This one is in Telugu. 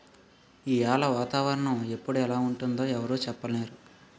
ఈయాల వాతావరణ ఎప్పుడు ఎలా ఉంటుందో ఎవరూ సెప్పనేరు